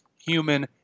human